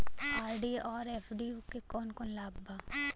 RD और FD क कौन कौन लाभ बा?